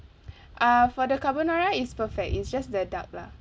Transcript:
err for the carbonara it's perfect it's just the duck lah